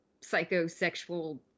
psychosexual